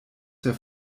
der